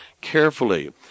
carefully